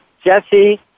Jesse